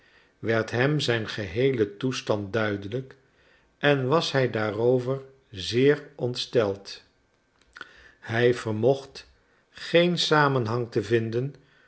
werd hem zijn geheele toestand duidelijk en was hij daarover zeer ontsteld hij vermocht geen samenhang te vinden